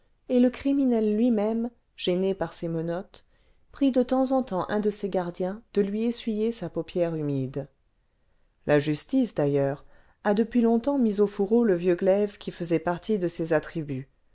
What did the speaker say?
et le criminel lui-même gêné par ses menottes prie de temps en temps un de ses gardiens de lui essuyer sa paupière humide la justice d'ailleurs a depuis longtemps mis au fourreau le vieux glaive qui faisait partie de ses attributs